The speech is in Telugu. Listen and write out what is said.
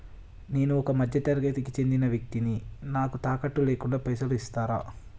నేను ఒక మధ్య తరగతి కి చెందిన వ్యక్తిని నాకు తాకట్టు లేకుండా పైసలు ఇస్తరా?